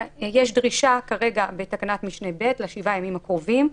יש דרישה בתקנת משנה (ב), לשבעת הימים הקרובים,